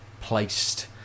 placed